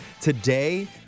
Today